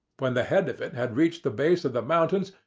when the head of it had reached the base of the mountains,